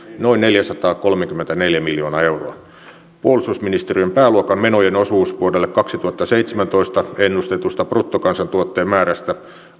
noin neljäsataakolmekymmentäneljä miljoonaa euroa puolustusministeriön pääluokan menojen osuus vuodelle kaksituhattaseitsemäntoista ennustetusta bruttokansantuotteen määrästä